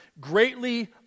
greatly